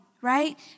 right